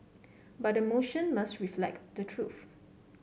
but the motion must reflect the truth